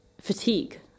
fatigue